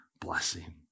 blessing